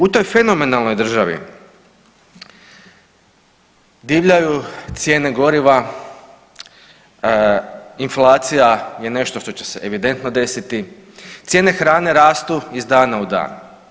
U toj fenomenalnoj državi divljaju cijene goriva, inflacija je nešto što će se evidentno desiti, cijene hrane rastu iz dana u dan.